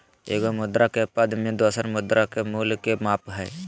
एगो मुद्रा के पद में दोसर मुद्रा के मूल्य के माप हइ